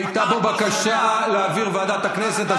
הייתה פה בקשה להעביר לוועדת הכנסת.